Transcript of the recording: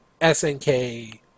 SNK